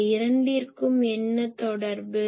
இந்த இரண்டிற்கும் என்ன தொடர்பு